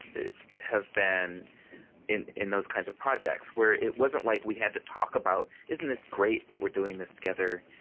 have been in in those kinds of projects. where it wasn't like we had to talk about, isn't this great that we're doing this together?